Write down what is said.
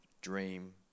dream